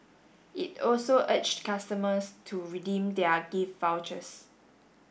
it also urged customers to redeem their gift vouchers